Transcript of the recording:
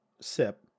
sip